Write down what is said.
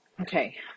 Okay